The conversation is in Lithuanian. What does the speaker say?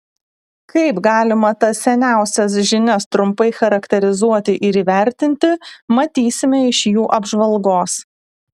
kaip galima tas seniausias žinias trumpai charakterizuoti ir įvertinti matysime iš jų apžvalgos